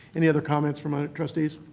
any other comments from ah trustees?